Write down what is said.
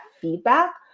feedback